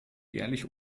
jährlich